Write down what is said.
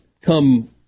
come